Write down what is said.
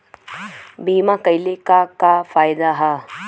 बीमा कइले का का फायदा ह?